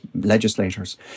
legislators